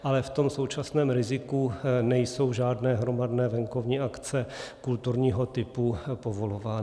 Ale v tom současném riziku nejsou žádné hromadné venkovní akce kulturního typu povolovány.